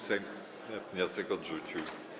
Sejm wniosek odrzucił.